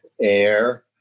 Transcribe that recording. air